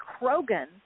Krogan